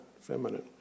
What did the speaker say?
feminine